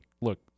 look